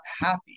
happy